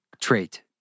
trait